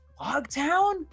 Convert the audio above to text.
Logtown